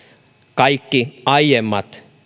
kaikki aiemmat